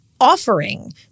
offering